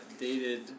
dated